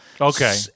Okay